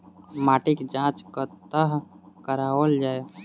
माटिक जाँच कतह कराओल जाए?